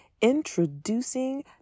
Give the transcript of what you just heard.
introducing